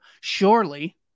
surely